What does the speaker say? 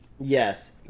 Yes